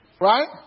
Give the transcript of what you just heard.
Right